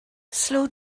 slow